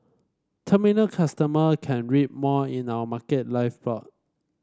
terminal customer can read more in our Market Live blog